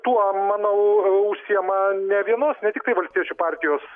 tuo manau u užsiima ne vienos ne tiktai valstiečių partijos